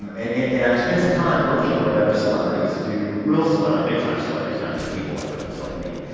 um and and and i've spent some time looking at what other celebrities do, real cele, and like big-time celebrities, not just cablelebrities like me,